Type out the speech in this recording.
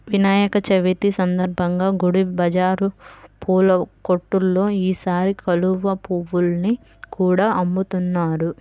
వినాయక చవితి సందర్భంగా గుడి బజారు పూల కొట్టుల్లో ఈసారి కలువ పువ్వుల్ని కూడా అమ్ముతున్నారు